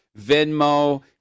Venmo